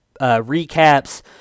Recaps